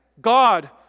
God